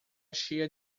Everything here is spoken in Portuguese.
cheia